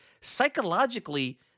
Psychologically